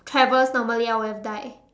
travels normally I would have died